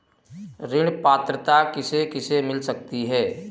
ऋण पात्रता किसे किसे मिल सकती है?